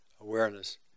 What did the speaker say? Awareness